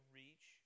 reach